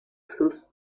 fluss